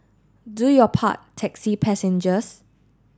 do your part taxi passengers